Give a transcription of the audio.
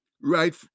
right